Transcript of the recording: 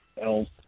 else